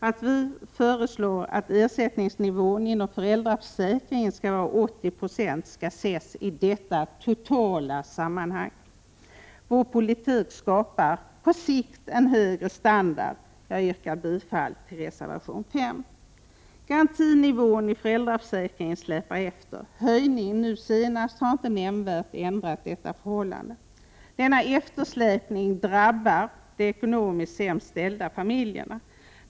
Att vi föreslår att ersättningsnivån inom föräldraförsäkringen skall vara 80 6 skall ses i detta totala sammanhang. Vår politik skapar på sikt en högre standard. Jag yrkar bifall till reservation 5. Garantinivån i föräldraförsäkringen släpar efter. Höjningen nu senast har inte nämnvärt ändrat detta förhållande. Denna eftersläpning drabbar de ekonomiskt sämst ställda familjerna.